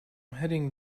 heading